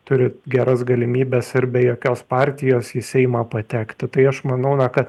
turi geras galimybes ir be jokios partijos į seimą patekti tai aš manau na kad